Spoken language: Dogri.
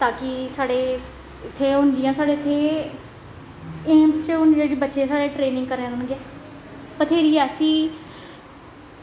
ता कि साढ़े इत्थें हून जियां साढ़े इत्थें एम्स च हून जेह्ड़े बच्चे साढ़े ट्रेनिंग करन गे बत्थेरी ऐसी